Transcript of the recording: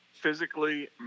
physically